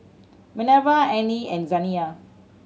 Minerva Arnie and Zaniyah